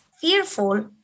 fearful